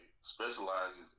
specializes